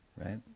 right